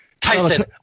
Tyson